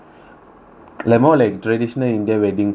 like more like traditional indian wedding foods ah